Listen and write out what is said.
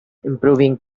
improving